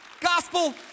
gospel